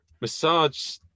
massage